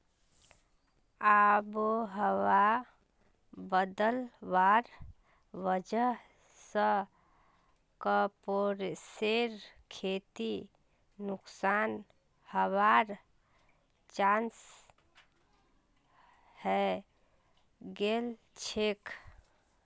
आबोहवा बदलवार वजह स कपासेर खेती नुकसान हबार चांस हैं गेलछेक